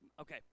Okay